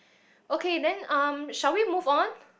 okay then um shall we move on